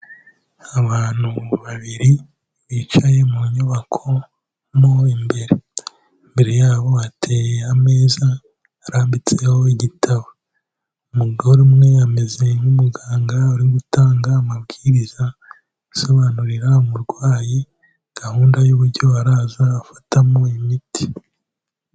Abantu babiri bicaye mu nyubako mo imbere. Imbere yabo hateyeho ameza arambitseho igitabo. Umugore umwe ameze nk'umuganga uri gutanga amabwiriza asobanurira umurwayi gahunda y'uburyo araza afatamo imiti.